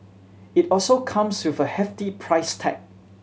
it also comes with a hefty price tag